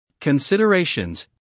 Considerations